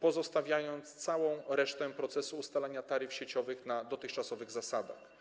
pozostawiając całą resztę procesu ustalania taryf sieciowych na dotychczasowych zasadach.